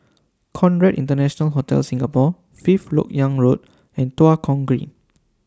Conrad International Hotel Singapore Fifth Lok Yang Road and Tua Kong Green